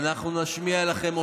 ואנחנו נשמיע לכם אותה.